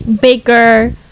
baker